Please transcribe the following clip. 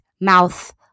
mouth